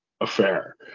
affair